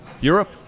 Europe